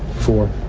for?